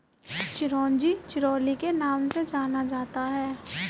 चिरोंजी चिरोली के नाम से भी जाना जाता है